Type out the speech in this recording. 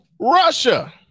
Russia